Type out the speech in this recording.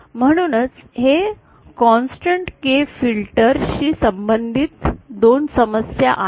म्हणूनच हे constant K filter शी संबंधित दोन समस्या आहेत